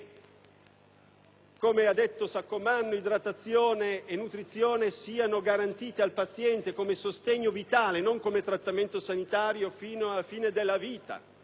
senatore Saccomanno, idratazione e nutrizione siano garantite al paziente come sostegno vitale, non come trattamento sanitario, fino alla fine della vita.